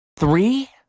Three